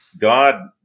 God